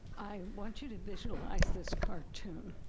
i want you to visualize this cartoon.